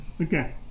Okay